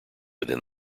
within